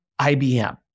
IBM